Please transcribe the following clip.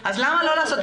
אז למה לא לעשות?